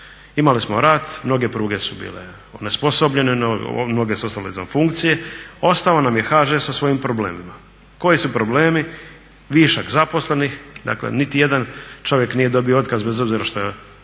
Imali smo rat, mnoge pruge su bile onesposobljene, mnoge su ostale izvan funkcije, ostao nam je HŽ sa svojim problemima. ž Koji su problemi? Višak zaposlenih. Dakle niti jedan čovjek nije dobio otkaz bez obzira što